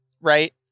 right